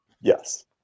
Yes